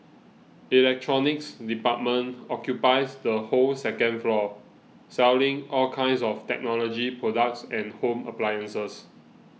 electronics department occupies the whole second floor selling all kinds of technology products and home appliances